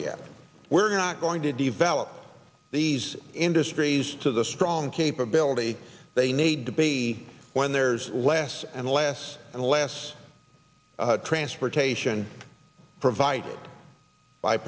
yet we're not going to develop these industries to the strong capability they need to be when there's less and less and less transportation provided by